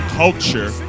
culture